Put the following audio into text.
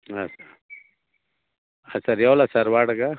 ஆ sir ஆ sir எவ்வளோ sir வாடகை